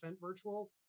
virtual